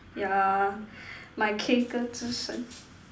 yeah my K 歌之神